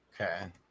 Okay